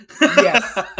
Yes